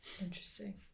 interesting